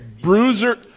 Bruiser